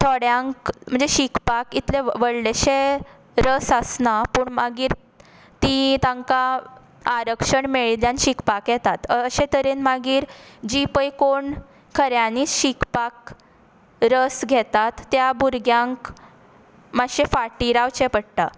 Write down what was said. थोड्यांक म्हणजे शिकपाक इतलें व्हडलें शें रस आसना पूण मागीर ती तांकां आरक्षण मेळिल्ल्यान शिकपाक येतात अशें तरेन मागीर जीं पळय कोण खऱ्यांनीच शिकपाक रस घेतात त्या भुरग्यांक मातशें फाटी रावचें पडटा